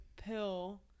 pill